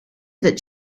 that